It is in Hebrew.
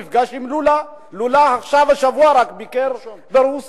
נפגש עם לולה, לולה עכשיו, רק השבוע ביקר באירן.